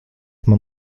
man